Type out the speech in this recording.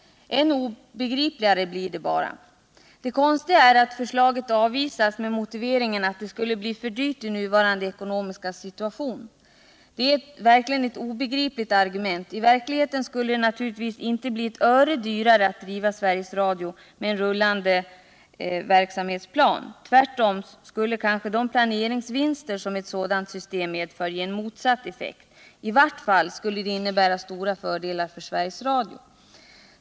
Än obegripligare blir det bara. Det konstiga är att förslaget har avvisats med motiveringen att det skulle bli för dyrt i nuvarande ekonomiska situation. Det är verkligen ett obegripligt argument. I verkligheten skulle det naturligtvis inte bli ett öre dyrare att driva Sveriges Radio med en rullande verksamhetsplan. Tvärtom skulle kanske de planeringsvinster som ett sådant system medför ge en motsatt effekt. I varje fall skulle det innebära stora fördelar för Sveriges Radio.